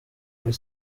kuri